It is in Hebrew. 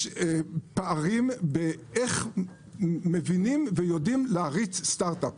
יש פערים באיך מבינים ויודעים להריץ סטארט אפ.